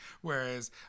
whereas